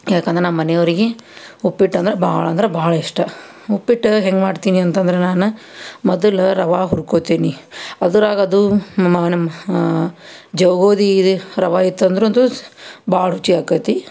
ಯಾಕಂದ್ರೆ ನಮ್ಮ ಮನೆವ್ರಿಗೆ ಉಪ್ಪಿಟ್ಟು ಅಂದ್ರೆ ಭಾಳ ಅಂದ್ರೆ ಭಾಳ ಇಷ್ಟ ಉಪ್ಪಿಟ್ಟು ಹೆಂಗೆ ಮಾಡ್ತೀನಿ ಅಂತಂದ್ರೆ ನಾನು ಮೊದಲು ರವೆ ಹುರ್ಕೊತೀನಿ ಅದ್ರಾಗ ಅದು ಮ ನಮ್ಮ ಜೋ ಗೋಧಿ ಇದು ರವೆ ಇತ್ತಂದ್ರಂತೂ ಭಾಳ ರುಚಿ ಆಕೈತಿ